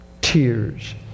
Tears